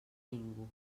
ningú